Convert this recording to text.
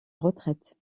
retraite